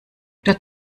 dort